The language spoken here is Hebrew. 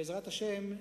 בעזרת השם,